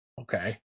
okay